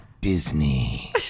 Disney